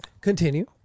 Continue